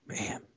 Man